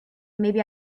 maybe